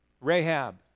Rahab